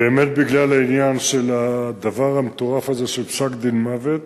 באמת בגלל העניין של הדבר המטורף הזה של פסק-דין מוות.